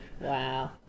Wow